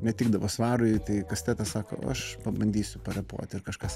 netikdavo svarui tai kastetas sako aš pabandysiu parepuot ir kažkas